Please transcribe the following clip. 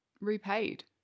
repaid